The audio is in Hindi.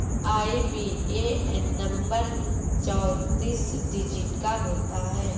आई.बी.ए.एन नंबर चौतीस डिजिट का होता है